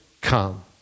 come